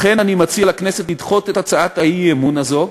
לכן אני מציע לכנסת לדחות את הצעת האי-אמון הזו,